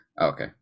Okay